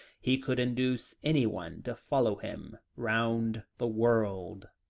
he could induce anyone to follow him round the world.